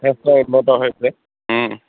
যথেষ্ট উন্নত হৈছে